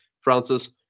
Francis